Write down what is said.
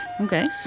Okay